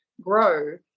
grow